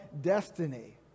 destiny